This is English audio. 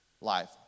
life